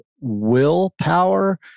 willpower